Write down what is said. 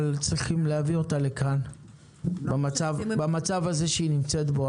צריכים להביא אותה לכאן במצב הזה שהיא נמצאת בו.